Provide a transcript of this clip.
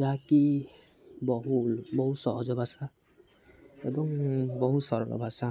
ଯାହାକି ବହୁ ବହୁ ସହଜ ଭାଷା ଏବଂ ବହୁ ସରଳ ଭାଷା